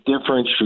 difference